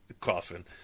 coffin